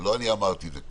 ולא אני אמרתי את זה,